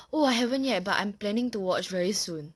oh I haven't yet but I'm planning to watch very soon